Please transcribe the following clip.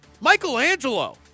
Michelangelo